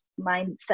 mindset